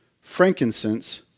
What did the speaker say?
frankincense